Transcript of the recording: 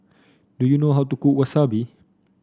do you know how to cook Wasabi